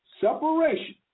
separation